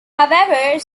however